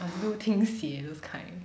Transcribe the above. I do 听写 those kind